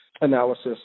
analysis